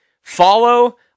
follow